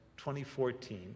2014